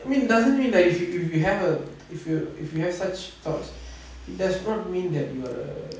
I mean doesn't mean that if you if you have err if you if you have such thoughts it does not mean that you are a